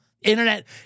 Internet